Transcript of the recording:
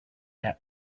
that